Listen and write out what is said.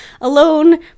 alone